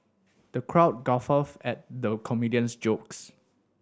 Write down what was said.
the crowd guffawed at the comedian's jokes